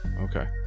Okay